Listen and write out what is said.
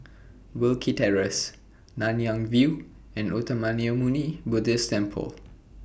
Wilkie Terrace Nanyang View and Uttamayanmuni Buddhist Temple